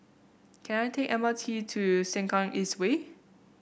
can I take M R T to Sengkang East Way